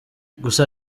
gusa